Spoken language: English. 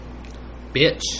Bitch